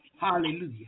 Hallelujah